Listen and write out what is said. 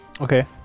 Okay